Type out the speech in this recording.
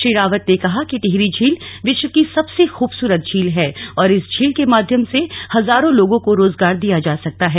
श्री रावत ने कहा कि टिहरी झील विश्व की सबसे खूबसूरत झील है और इस झील के माध्यम से हजारों लोगों को रोजगार दिया जा सकता है